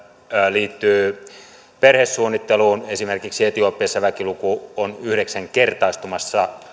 liittyy perhesuunnitteluun esimerkiksi etiopiassa väkiluku on yhdeksän kertaistumassa